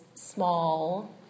small